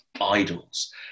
idols